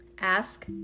Ask